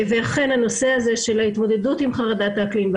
וכן הנושא הזה של ההתמודדות עם חרדת האקלים,